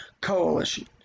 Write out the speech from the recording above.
coalition